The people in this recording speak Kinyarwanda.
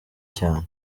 cyane